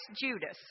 Judas